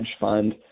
fund